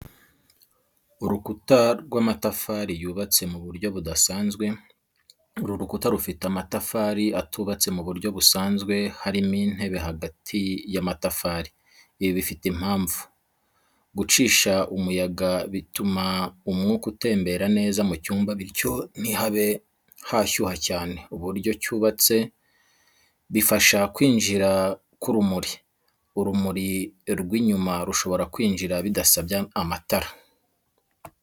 Urukuta rw’amatafari yubatse mu buryo budasanzwe uru rukuta rufite amatafari atubatse mu buryo busanzwe harimo intera hagati y’amatafari. Ibi bifite impamvu, gucisha umuyaga bituma umwuka utembera neza mu cyumba, bityo ntihabe hashyuha cyane. Uburyo cyubatse mo bifasha kwinjiza urumuri (light): Urumuri rw’inyuma rushobora kwinjira bidasabye amatara.